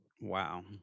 Wow